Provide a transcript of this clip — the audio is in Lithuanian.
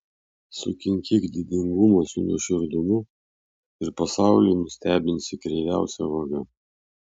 sukinkyk didingumą su nuoširdumu ir pasaulį nustebinsi kreiviausia vaga